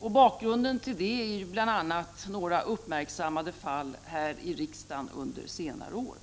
Bakgrunden till detta är bl.a. några uppmärksammade fall här i riksdagen under senare år.